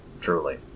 truly